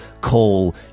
call